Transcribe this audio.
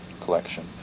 collection